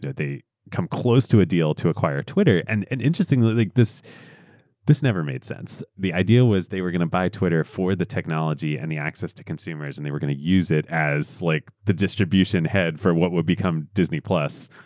they come close to a deal to acquire twitter and and interestingly like this this never made sense. the idea was that they were going to buy twitter for the technology and the access to consumers and they were going to use it as like the distribution head for what would become disney plus,